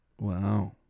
Wow